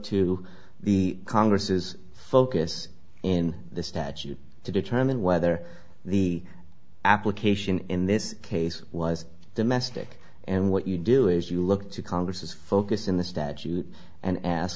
to the congress's focus in the statute to determine whether the application in this case was domestic and what you do is you look to congress is focused in the statute and ask